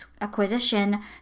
acquisition